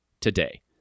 today